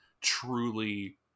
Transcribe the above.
truly